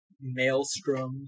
Maelstrom